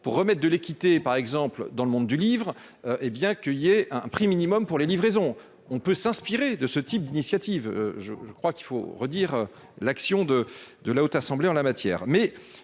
pour remettre de l'équité, par exemple dans le monde du livre, hé bien qu'il y ait un prix minimum pour les livraisons, on peut s'inspirer de ce type d'initiative, je crois qu'il faut redire l'action de de la Haute Assemblée en la matière